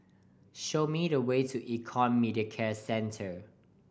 show me the way to Econ Medicare Centre